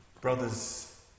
Brothers